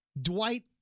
Dwight